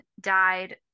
died